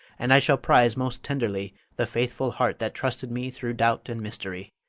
and i shall prize most tenderly the faithful heart that trusted me through doubt and mystery.